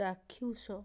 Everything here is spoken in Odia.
ଚାକ୍ଷୁଷ